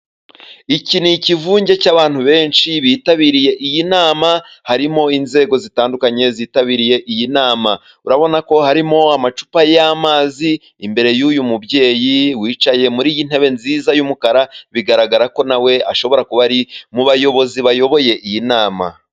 Iki ni ikivunge cy'abantu benshi bitabiriye iyi nama. Harimo inzego zitandukanye zitabiriye iyi nama. Urabona ko harimo amacupa y'amazi imbere y'uyu mubyeyi wicaye muri iyi ntebe nziza y'umukara, bigaragara ko na we ashobora kuba ari mu bayobozi bayoboye iyi nama.